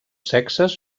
sexes